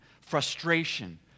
frustration